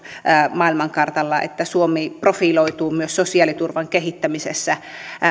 maailmankartalla että suomi profiloituu myös sosiaaliturvan kehittämisessä